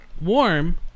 warm